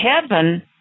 heaven